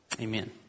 Amen